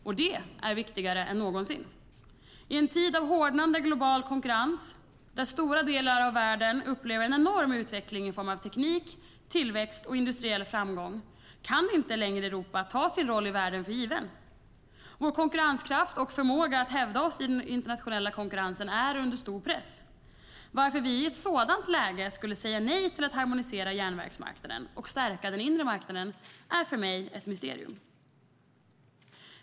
Och det är viktigare än någonsin. I en tid av hårdnande global konkurrens, där stora delar av världen upplever en enorm utveckling i form av teknik, tillväxt och industriell framgång, kan inte längre Europa ta sin roll i världen för given. Vår konkurrenskraft och förmåga att hävda oss i den internationella konkurrensen är under stor press. Varför vi i ett sådant läge skulle säga nej till att harmonisera järnvägsmarknaden och stärka den inre marknaden är för mig ett mysterium.